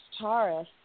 Taurus